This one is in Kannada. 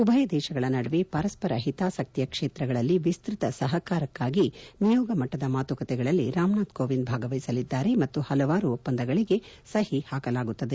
ಉಭಯ ದೇಶಗಳ ನಡುವೆ ಪರಸ್ಪರ ಹಿತಾಸಕ್ತಿಯ ಕ್ಷೇತ್ರಗಳಲ್ಲಿ ವಿಸ್ತತ ಸಹಕಾರಕ್ಕಾಗಿ ನಿಯೋಗಮಟ್ಟದ ಮಾತುಕತೆಗಳಲ್ಲಿ ರಾಮನಾಥ ಕೋವಿಂದ್ ಭಾಗವಹಿಸಲಿದ್ದಾರೆ ಮತ್ತು ಪಲವಾರು ಒಪ್ಪಂದಗಳಿಗೆ ಸಹಿ ಹಾಕಲಾಗುತ್ತದೆ